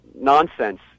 nonsense